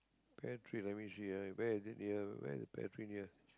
pear trees let me see ah where is it near where is the pear tree near